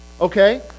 okay